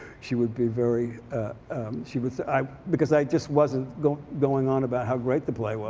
she would be very she would say because i just wasn't going going on about how great the play was.